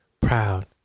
Proud